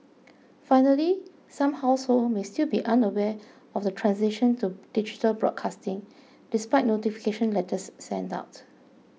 finally some households may still be unaware of the transition to digital broadcasting despite notification letters sent out